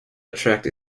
attract